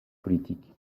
politique